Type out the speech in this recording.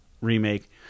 remake